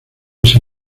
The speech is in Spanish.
ese